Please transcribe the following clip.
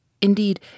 Indeed